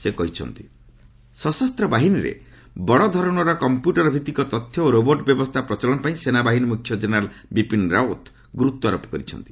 ରାଓୃତ୍ ସଶସ୍ତ ବାହିନୀରେ ବଡ଼ଧରଣର କମ୍ପ୍ୟୁଟର ଭିଭିକ ତଥ୍ୟ ଓ ରୋବର୍ଟ ବ୍ୟବସ୍ଥା ପ୍ରଚଳନ ପାଇଁ ସେନାବାହିନୀ ମୁଖ୍ୟ କେନେରାଲ୍ ବିପିନ୍ ରାଓ୍ୱତ୍ ଗୁରୁତ୍ୱାରୋପ କରିଛନ୍ତି